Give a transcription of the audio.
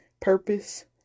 Purpose